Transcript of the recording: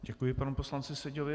Děkuji panu poslanci Seďovi.